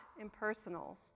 impersonal